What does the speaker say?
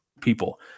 people